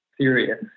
serious